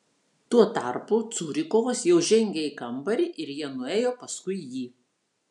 tuo tarpu curikovas jau žengė į kambarį ir jie nuėjo paskui jį